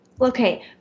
Okay